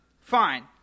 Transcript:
fine